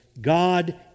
God